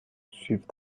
suivent